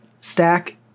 stack